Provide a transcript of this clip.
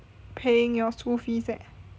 paying your school fees eh